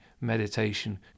meditation